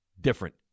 Different